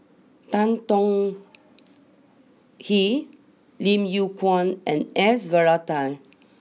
Tan Tong Hye Lim Yew Kuan and S Varathan